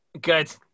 Good